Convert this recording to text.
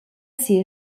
sia